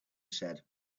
said